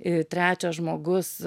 i trečias žmogus